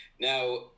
Now